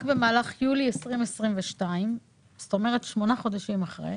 רק במהלך יולי 2022, זאת אומרת שמונה חודשים אחרי,